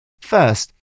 First